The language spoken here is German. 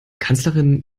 kanzlerin